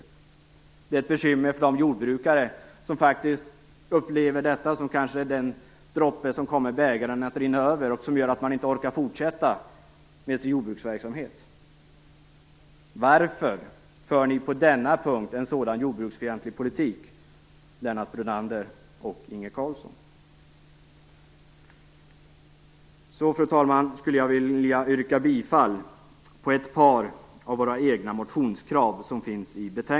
Det är också ett bekymmer för de jordbrukare som upplever detta som kanske den droppe som kommer bägaren att rinna över och som gör att de inte orkar fortsätta med sin jordbruksverksamhet. Varför för ni en så jordbruksfientlig politik på denna punkt, Lennart Brunander och Fru talman! Jag skulle vilja yrka bifall till ett par av våra motionskrav.